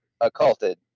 occulted